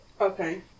Okay